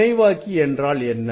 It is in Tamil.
முனைவாக்கி என்றால் என்ன